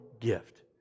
gift